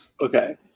Okay